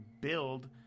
build